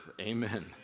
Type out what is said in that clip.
Amen